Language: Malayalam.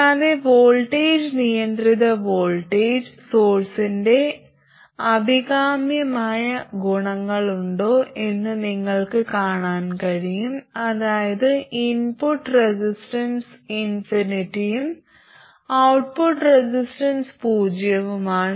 കൂടാതെ വോൾട്ടേജ് നിയന്ത്രിത വോൾട്ടേജ് സോഴ്സിന്റെ അഭികാമ്യമായ ഗുണങ്ങളുണ്ടോ എന്ന് നിങ്ങൾക്ക് കാണാൻ കഴിയും അതായത് ഇൻപുട്ട് റെസിസ്റ്റൻസ് ഇൻഫിനിറ്റിയും ഔട്ട്പുട്ട് റെസിസ്റ്റൻസ് പൂജ്യവുമാണ്